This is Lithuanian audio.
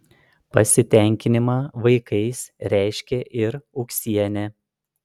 pasitenkinimą vaikais reiškė ir ūksienė